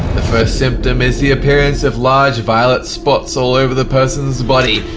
the first symptom is the appearance of large violet spots all over the person's body,